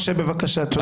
משה, בבקשה, תודה.